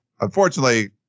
Unfortunately